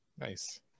Nice